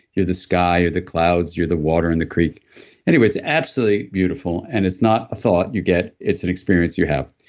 you're the sky, you're the clouds, you're the water in the creek anyways, absolutely beautiful, and it's not a thought you get. it's an experience you have.